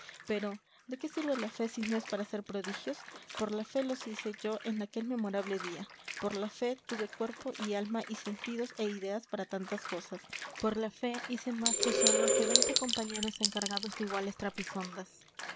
pero de qué sirve la fe si no es para hacer prodigios por la fe los hice yo en aquel memorable día por la fe tuve cuerpo y alma y sentidos e ideas para tantas cosas por la fe hice más yo solo que veinte compañeros encargados de iguales trapisondas